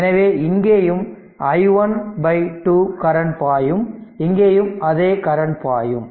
எனவே இங்கேயும் i1 2 current பாயும் இங்கேயும் அதே கரண்ட் பாயும்